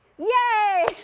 yeah!